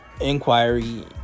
inquiry